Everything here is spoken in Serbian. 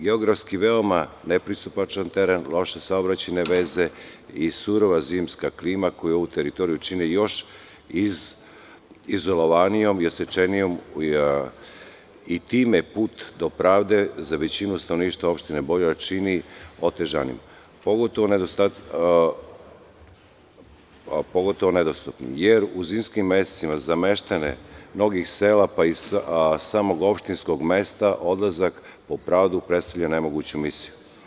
Geografski veoma nepristupačan teren, loše saobraćajne veze i surova zimska klima koja ovu teritoriju čine još izolovanijom i odsečenijom i time put do pravde, za većinu stanovništva opštine Boljevac, čini otežanim, pogotovo nedostupnim, jer u zimskim mesecima za meštane mnogih sela, pa i samog opštinskog mesta, odlazak po pravdu predstavlja nemoguću misiju.